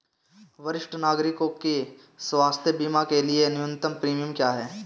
वरिष्ठ नागरिकों के स्वास्थ्य बीमा के लिए न्यूनतम प्रीमियम क्या है?